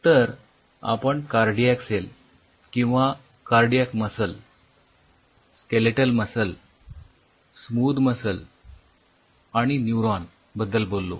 तर आपण cardiac cell किंवा cardiac muscle skeletal muscle smooth muscle आणि न्यूरॉन बद्दल बोललो